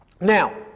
Now